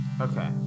Okay